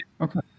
okay